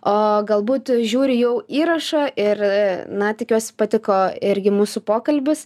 o galbūt žiūri jau įrašą ir na tikiuosi patiko irgi mūsų pokalbis